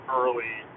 early